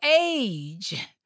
age